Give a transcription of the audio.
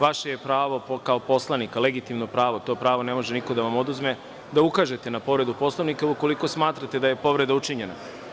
Vaše je pravo kao poslanika, legitimno pravo, to pravo ne može niko da vam oduzme, da ukažete na povredu Poslovnika ukoliko smatrate da je povreda učinjena.